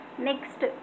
next